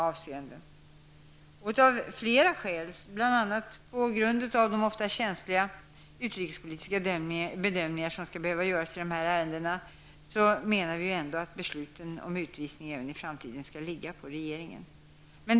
Av flera skäl -- bl.a. på grund av de ofta känsliga utrikespolitiska bedömningar som behöver göras i dessa ärenden -- menar vi att besluten om utvisning även i framtiden skall ankomma på regeringen.